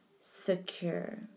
secure